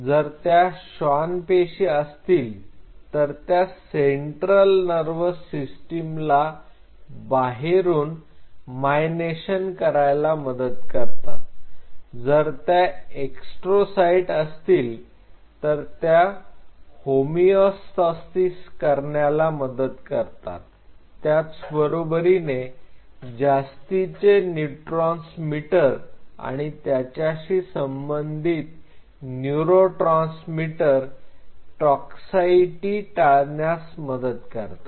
जर त्या श्वान पेशी असतील तर द्या सेंट्रल नर्वस सिस्टम ला बाहेरून माय नेशन करायला मदत करतात जर त्या एस्ट्रो साईट असतील तर त्या होमिऑस्तासिस करण्याला मदत करतात त्याचबरोबरीने जास्तीचे न्यूरोट्रान्समीटर आणि त्याच्याशी संबंधित न्यूरो ट्रान्समीटर टॉक्साईसिटी टाळण्यास मदत करतात